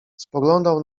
spoglądał